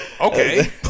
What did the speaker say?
Okay